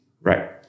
Right